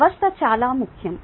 వ్యవస్థ చాలా ముఖ్యం